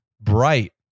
Bright